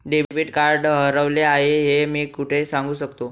Debit card हरवले आहे हे मी कोठे सांगू शकतो?